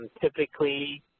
Typically